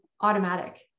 automatic